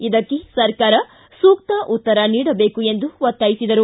ಇದಕ್ಕೆ ಸರ್ಕಾರ ಸೂಕ್ತ ಉತ್ತರ ನೀಡಬೇಕು ಎಂದು ಒತ್ತಾಯಿಸಿದರು